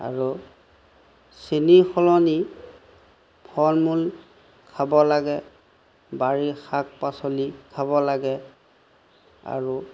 আৰু চেনীৰ সলনি ফল মূল খাব লাগে বাৰীৰ শাক পাচলি খাব লাগে আৰু